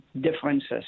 differences